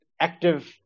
Active